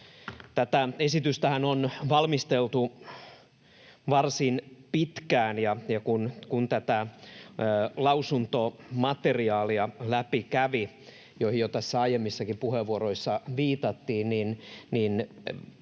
Tätä esitystähän on valmisteltu varsin pitkään, ja kun kävi läpi tätä lausuntomateriaalia, johon tässä jo aiemmissakin puheenvuoroissa viitattiin, niin